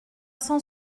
cent